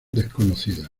desconocidas